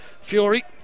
Fury